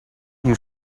you